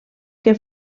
que